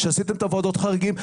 כשעשיתם את וועדת החריגים,